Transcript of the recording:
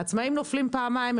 העצמאים נופלים פעמיים,